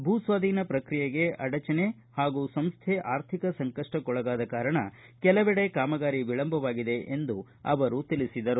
ಭೂ ಸ್ವಾಧೀನ ಪ್ರಕ್ರಿಯೆಗೆ ಅಡಚಣೆ ಹಾಗೂ ಸಂಸ್ಥೆ ಆರ್ಥಿಕ ಸಂಕಷ್ಸಕ್ಕೊಳಗಾದ ಕಾರಣ ಕೆಲವೆಡೆ ಕಾಮಗಾರಿ ವಿಳಂಬವಾಗಿದೆ ಎಂದು ಅವರು ಹೇಳಿದರು